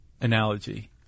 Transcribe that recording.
analogy